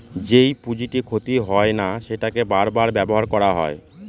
যেই পুঁজিটি ক্ষতি হয় না সেটাকে বার বার ব্যবহার করা হয়